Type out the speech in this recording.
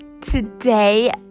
Today